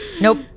Nope